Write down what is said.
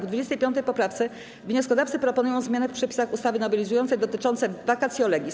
W 25. poprawce wnioskodawcy proponują zmiany w przepisach ustawy nowelizującej dotyczące vacatio legis.